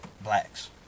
blacks